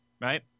right